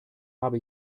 habe